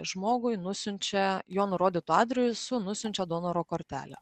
žmogui nusiunčia jo nurodytu adresu nusiunčiau donoro kortelę